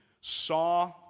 saw